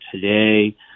today